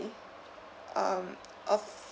um a~